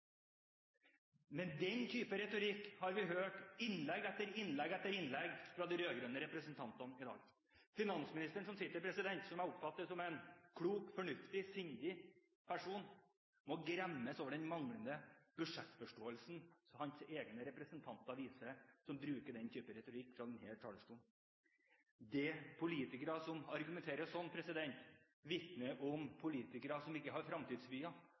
Men den typen retorikk har vi hørt i innlegg etter innlegg fra de rød-grønne representantene i dag. Finansministeren, som jeg oppfatter som en klok, fornuftig og sindig person, må gremmes over den manglende budsjettforståelsen som hans egne representanter viser, som bruker den typen retorikk fra denne talerstolen. Politikere som argumenterer slik, vitner om politikere som ikke har